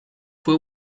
fue